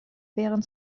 wären